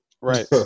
Right